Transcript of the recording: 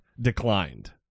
declined